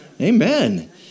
Amen